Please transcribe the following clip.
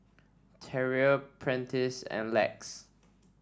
Terrill Prentice and Lex